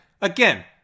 Again